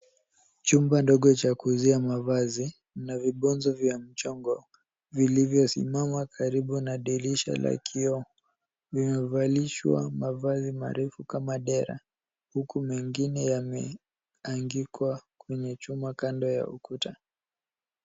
Chumba ndogo cha kuuzia mavazi na vibozo vya mchongo vilivyosimama karibu na dirisha la kioo. Vimevalishwa mavazi marefu kama dera huku mengine yameangikwa kwenye chuma kando ya ukuta.